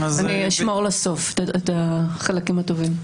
אני אשמור לסוף את החלקים הטובים.